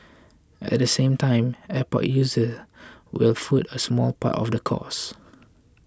at the same time airport users will foot a small part of the cost